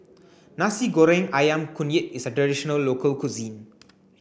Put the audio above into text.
Nasi Goreng Ayam Kunyit is a traditional local cuisine